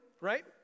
Right